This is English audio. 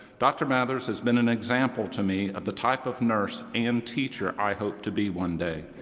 dr. mathers has been an example to me of the type of nurse and teacher i hope to be one day.